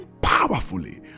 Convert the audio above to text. powerfully